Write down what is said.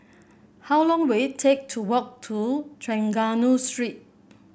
how long will it take to walk to Trengganu Street